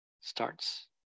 starts